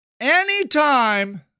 Anytime